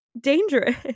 dangerous